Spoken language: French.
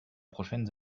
prochaines